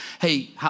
Hey